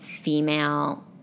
female